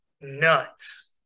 nuts